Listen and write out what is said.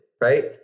right